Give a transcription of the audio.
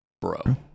Bro